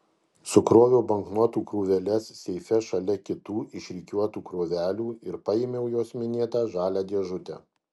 sukroviau banknotų krūveles seife šalia kitų išrikiuotų krūvelių ir paėmiau jos minėtą žalią dėžutę